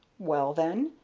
well, then,